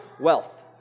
wealth